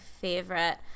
favorite